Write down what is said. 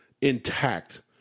intact